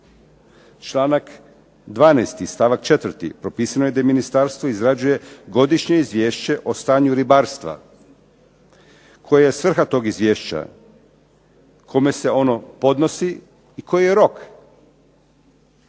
Članak 12. stavak 4. propisano je da ministarstvo izrađuje godišnje izvješće o stanju ribarstva. Koja je svrha tog izvješća, kome se ono podnosi i koji je rok.